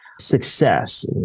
success